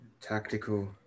Tactical